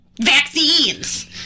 vaccines